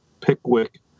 pickwick